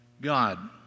God